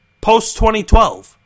post-2012